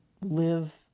live